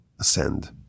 ascend